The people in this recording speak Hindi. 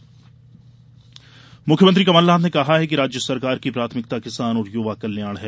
कमलनाथ मुख्यमंत्री कमलनाथ ने कहा है कि राज्य सरकार की प्राथमिकता किसान और युवा कल्याण है